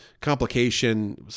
complication